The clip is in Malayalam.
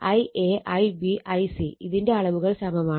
Ia Ib Ic ഇതിന്റെ അളവുകൾ സമമാണ്